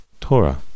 Torah